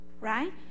right